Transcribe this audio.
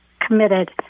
committed